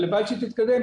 הלוואי שהיא תתקדם.